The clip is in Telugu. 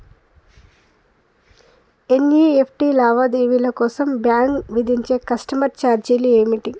ఎన్.ఇ.ఎఫ్.టి లావాదేవీల కోసం బ్యాంక్ విధించే కస్టమర్ ఛార్జీలు ఏమిటి?